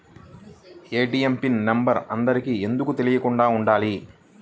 ATM pin number అందరికి ఎందుకు తెలియకుండా ఉండాలి?